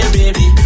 baby